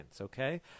okay